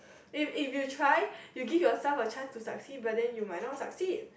if if you try you give yourself a chance to succeed but then you might not succeed